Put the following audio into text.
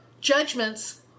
judgments